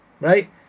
right